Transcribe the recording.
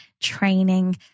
training